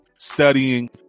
studying